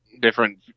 Different